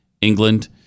England